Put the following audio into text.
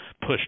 push